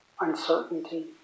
uncertainty